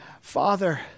Father